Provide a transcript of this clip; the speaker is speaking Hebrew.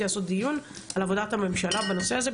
לעשות דיון על עבודת הממשלה בנושא הזה,